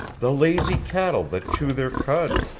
the lazy cattle that chew their cud.